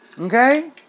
Okay